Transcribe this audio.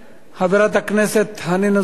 חברת הכנסת חנין זועבי,